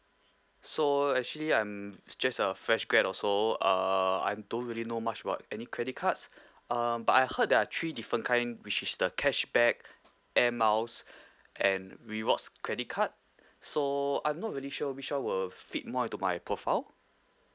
so actually I'm just a fresh grad also uh I don't really know much about any credit cards um but I heard there are three different kind which is the cashback air miles and rewards credit card so I'm not really sure which [one] will fit more into my profile